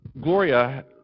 gloria